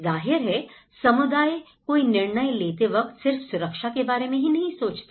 जाहिर है समुदाय कोई निर्णय लेते वक्त सिर्फ सुरक्षा के बारे में ही नहीं सोचती